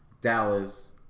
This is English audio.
Dallas